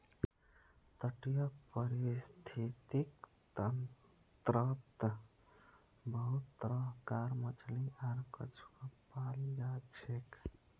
तटीय परिस्थितिक तंत्रत बहुत तरह कार मछली आर कछुआ पाल जाछेक